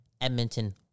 Edmonton